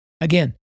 Again